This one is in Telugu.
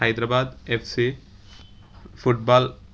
Hyderabad FC football